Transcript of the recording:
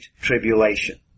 tribulation